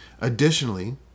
Additionally